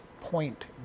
point